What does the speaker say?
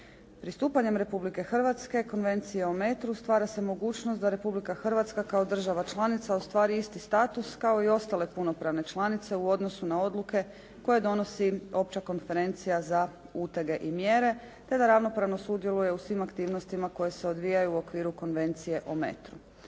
Pristupanjem Republike Hrvatske Konvencija o metru stvara se mogućnost da Republika Hrvatska kao država članica ostvari isti status kao i ostale punopravne članice u odnosu na odluke koje donosi Opća konferencija za utege i mjere te da ravnopravno sudjeluje u svim aktivnostima koje se odvijaju u okviru Konvencije o metru.